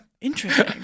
Interesting